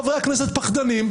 חברי הכנסת פחדנים,